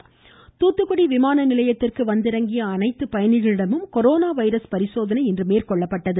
corona virus Thoothukudi விமான நிலையத்திற்கு வந்திறங்கிய அனைத்து பயணிகளிடமும் கொரோனா வைரஸ் பரிசோதனை மேற்கொள்ளப்பட்டது